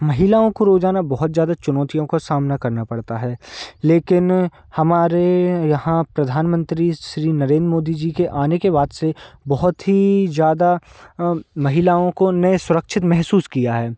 महिलाओं को रोजाना बहुत ज़्यादा चुनौतियों का सामना करना पड़ता है लेकिन हमारे यहाँ प्रधानमंत्री श्री नरेंद्र मोदी जी के आने के बाद से बहुत ही ज़्यादा महिलाओं को ने सुरक्षित महसूस किया है